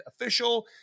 Official